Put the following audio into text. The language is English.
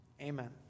Amen